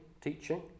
teaching